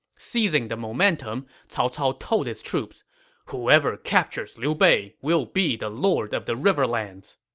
seizing the momentum, cao cao told his troops whoever captures liu bei will be the lord of the riverlands.